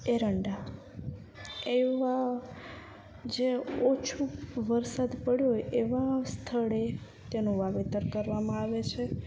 એરંડા એવાં જે ઓછું વરસાદ પડ્યો હોય એવાં સ્થળે તેનું વાવેતર કરવામાં આવે છે